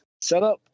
Setup